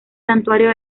santuario